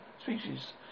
species